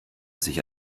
sich